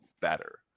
better